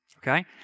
okay